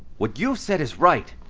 what you've said is right.